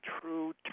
true